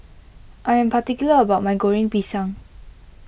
I am particular about my Goreng Pisang